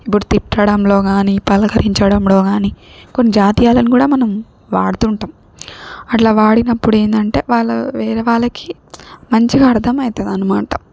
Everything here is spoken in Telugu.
ఇప్పుడు తిట్టడంలో కానీ పలకరించడంలో కానీ కొన్ని జాతీయాలను కూడా మనం వాడుతుంటాం అట్లా వాడినప్పుడు ఏంటంటే వాళ్ళ వేరే వాళ్ళకి మంచిగా అర్థం అవుతుంది అనమాట